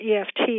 EFT